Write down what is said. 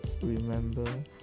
Remember